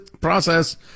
process